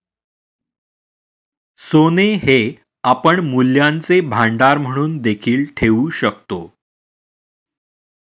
सोने हे आपण मूल्यांचे भांडार म्हणून देखील ठेवू शकतो